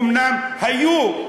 אומנם היו,